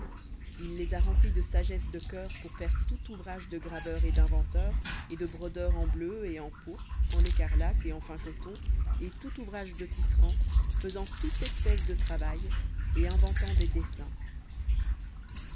il les a remplis de sagesse de cœur pour faire tout ouvrage de graveur et d'inventeur et de brodeur en bleu et en pourpre en écarlate et en fin coton et de tisserand faisant toute espèce de travail et inventant des dessins